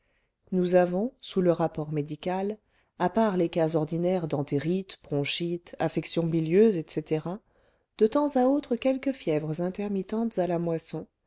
nous avons sous le rapport médical à part les cas ordinaires d'entérite bronchite affections bilieuses etc de temps à autre quelques fièvres intermittentes à la moisson